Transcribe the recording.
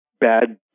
bad